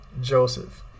Joseph